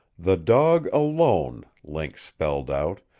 the dog alone, link spelled out,